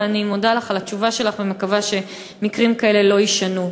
ואני מודה לך על התשובה שלך ומקווה שמקרים כאלה לא יישנו.